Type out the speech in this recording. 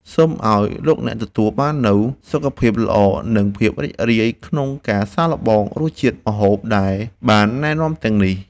សូមឱ្យលោកអ្នកទទួលបាននូវសុខភាពល្អនិងភាពសប្បាយរីករាយក្នុងការសាកល្បងរសជាតិម្ហូបដែលបានណែនាំទាំងនេះ។